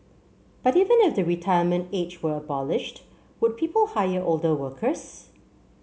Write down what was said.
but even if the retirement age were abolished would people hire older workers